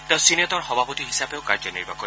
তেওঁ চিনেটৰ সভাপতি হিচাপেও কাৰ্যনিৰ্বাহ কৰিব